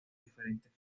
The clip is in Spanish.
diferencias